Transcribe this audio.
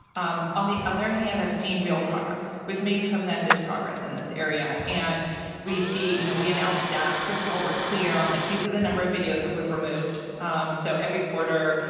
um on the the other hand, i've seen real progress. we've made tremendous progress in this area. and we see, you know, we announce stats. first of all, we're clear on, like, these are the number of videos that we've removed. um so every quarter,